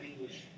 English